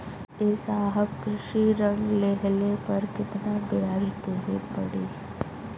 ए साहब कृषि ऋण लेहले पर कितना ब्याज देवे पणी?